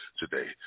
today